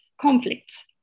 conflicts